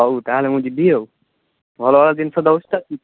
ହଉ ତାହେଲେ ମୁଁ ଯିବି ଆଉ ଭଲ ଭଲ ଜିନିଷ ଦେଉଛି ତ